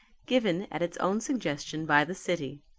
given at its own suggestion by the city.